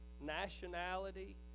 nationality